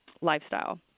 lifestyle